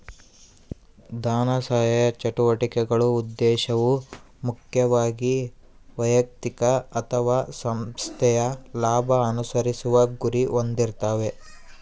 ಧನಸಹಾಯ ಚಟುವಟಿಕೆಗಳ ಉದ್ದೇಶವು ಮುಖ್ಯವಾಗಿ ವೈಯಕ್ತಿಕ ಅಥವಾ ಸಂಸ್ಥೆಯ ಲಾಭ ಅನುಸರಿಸುವ ಗುರಿ ಹೊಂದಿರ್ತಾವೆ